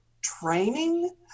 training